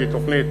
שהיא תוכנית